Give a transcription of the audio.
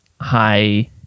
high